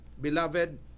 Beloved